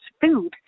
food